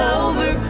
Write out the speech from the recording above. over